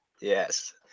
Yes